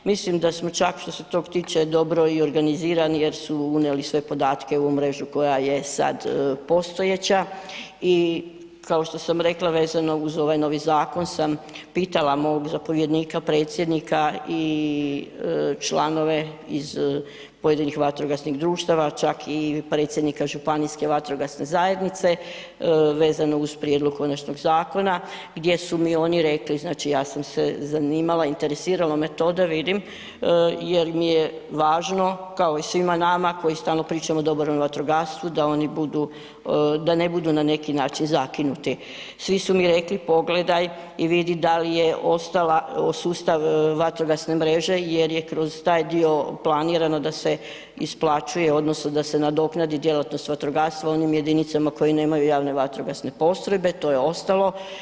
Mislim da smo čak što se tog tiče dobro i organizirani jer su unijeli sve podatke u mrežu koja je sad postojeća i kao što sam rekla vezano uz ovaj novi zakon sam pitala mog zapovjednika, predsjednika i članove iz pojedinih vatrogasnih društava, čak i predsjednika županijske vatrogasne zajednice vezano uz prijedlog konačnog zakona gdje su mi oni rekli, znači ja sam se zanimala, interesiralo me to da vidim jer mi je važno kao i svima nama koji stalno pričamo o dobrovoljnom vatrogastvu da oni budu, da ne budu na neki način zakinuti, svi su mi rekli pogledaj i vidi da li je ostala sustav vatrogasne mreže jer je kroz taj dio planirano da se isplaćuje odnosno da se nadoknadi djelatnost vatrogastva onim jedinicama koje nemaju JVP, to je ostalo.